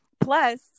Plus